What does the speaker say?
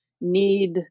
need